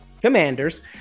Commanders